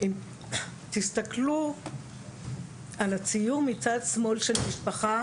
אם תסכלו על הציור מצד שמאל של משפחה,